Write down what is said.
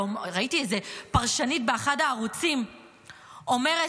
וראיתי איזו פרשנית באחד הערוצים אומרת: